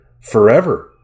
forever